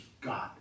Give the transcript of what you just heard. God